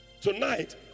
Tonight